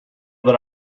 that